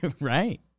right